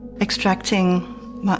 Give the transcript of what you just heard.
extracting